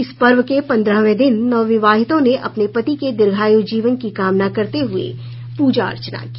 इस पर्व के पंद्रहवें दिन नवविवाहिताओं ने अपने पति के दीर्घायु जीवन की कामना करते हुए पूजा अर्चना की